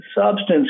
substance